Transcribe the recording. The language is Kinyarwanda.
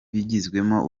bigizwemo